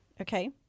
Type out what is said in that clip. Okay